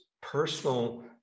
personal